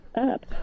up